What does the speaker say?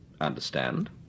Understand